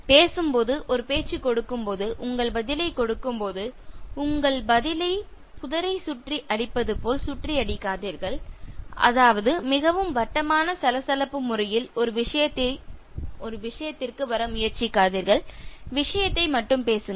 பேசும் போது ஒரு பேச்சு கொடுக்கும் போது உங்கள் பதிலைக் கொடுக்கும் போது உங்கள் பதிலை புதரை சுற்றி அடிப்பதுபோல் சுற்றி அடிக்காதீர்கள் அதாவது மிகவும் வட்டமான சலசலப்பு முறையில் ஒரு விஷயத்திற்கு வர முயற்சிக்காதீர்கள் விஷயத்தை மட்டும் பேசுங்கள்